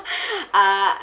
uh